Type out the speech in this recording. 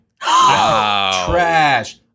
trash